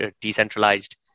decentralized